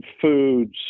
Foods